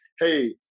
Hey